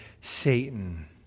Satan